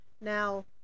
Now